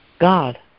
God